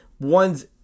one's